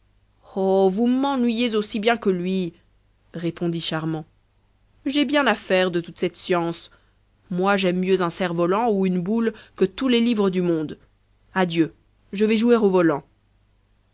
oh vous m'ennuyez aussi ben que lui répondit charmant j'ai bien affaire de toute cette science moi j'aime mieux un cerf-volant ou une boule que tous les livres du monde adieu je vais jouer au volant